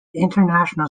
international